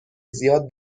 زیاد